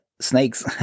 snakes